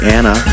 Anna